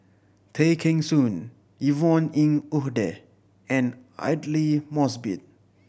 Tay Kheng Soon Yvonne Ng Uhde and Aidli Mosbit